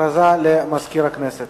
הודעה למזכיר הכנסת.